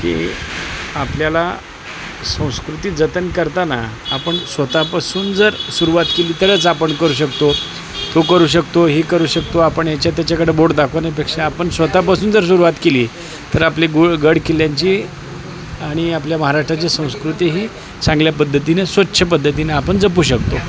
की आपल्याला संस्कृती जतन करताना आपण स्वतःपासून जर सुरूवात केली तरच आपण करू शकतो तो करू शकतो हे करू शकतो आपण याच्या त्याच्याकडं बोट दाखवण्यापेक्षा आपण स्वतःपासून जर सुरूवात केली तर आपली गुड गडकिल्ल्यांची आणि आपल्या महाराष्ट्राची संस्कृती ही चांगल्या पद्धतीने स्वच्छ पद्धतीने आपण जपू शकतो